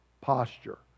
posture